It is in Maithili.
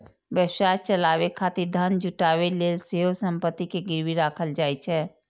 व्यवसाय चलाबै खातिर धन जुटाबै लेल सेहो संपत्ति कें गिरवी राखल जाइ छै